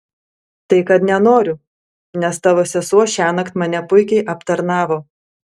tai kad nenoriu nes tavo sesuo šiąnakt mane puikiai aptarnavo